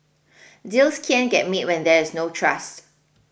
deals can't get made when there is no trust